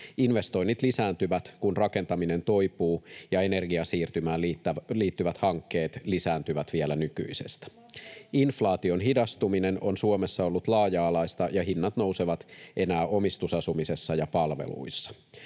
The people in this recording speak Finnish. Investoinnit lisääntyvät, kun rakentaminen toipuu ja energiasiirtymään liittyvät hankkeet lisääntyvät vielä nykyisestä. Inflaation hidastuminen on Suomessa ollut laaja-alaista, ja hinnat nousevat enää omistusasumisessa ja palveluissa.